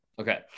Okay